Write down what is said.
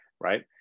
right